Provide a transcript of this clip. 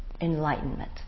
enlightenment